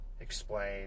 explain